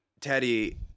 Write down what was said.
Teddy